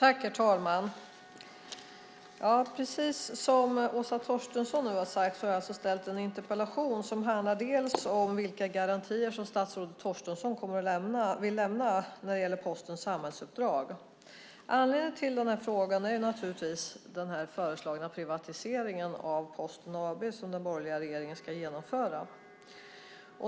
Herr talman! Precis som Åsa Torstensson sade har jag ställt en interpellation som delvis handlar om vilka garantier statsrådet Torstensson vill lämna när det gäller Postens samhällsuppdrag. Anledningen till frågan är den föreslagna privatiseringen av Posten AB som den borgerliga regeringen ska genomföra.